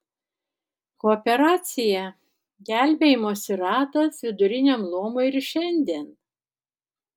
kooperacija gelbėjimosi ratas viduriniajam luomui ir šiandien